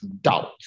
doubt